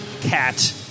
Cat